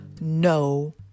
no